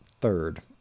third